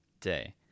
day